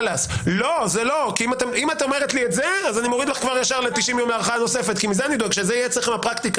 הרף הראייתי שחל לגבי סמים יחול לגבי זה.